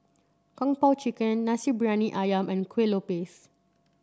Kung Po Chicken Nasi Briyani ayam and Kueh Lopes